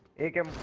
eagle